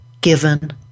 given